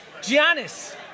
Giannis